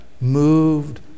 Moved